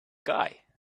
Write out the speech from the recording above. guy